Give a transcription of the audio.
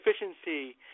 efficiency